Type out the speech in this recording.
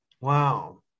Wow